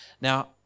Now